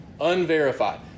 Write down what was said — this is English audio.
unverified